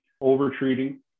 over-treating